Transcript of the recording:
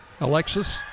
Alexis